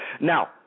Now